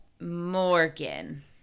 morgan